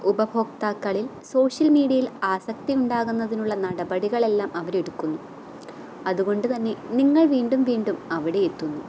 ഉപഭോക്താക്കളിൽ സോഷ്യൽ മീഡിയയിൽ ആസക്തി ഉണ്ടാകുന്നതിനുള്ള നടപടികളെല്ലാം അവരെടുക്കുന്നു അതുകൊണ്ട് തന്നെ നിങ്ങൾ വീണ്ടും വീണ്ടും അവിടെ എത്തുന്നു